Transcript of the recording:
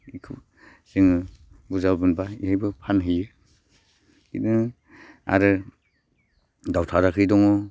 इखौ जोङो बुरजा मोनब्ला इहायबो फानहैयो इदनो आरो दावथाराखै दङ